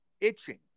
itching